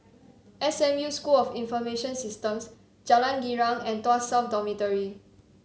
S M U School of Information Systems Jalan Girang and Tuas South Dormitory